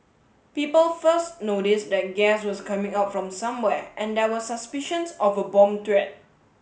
people first noticed that gas was coming out from somewhere and there were suspicions of a bomb threat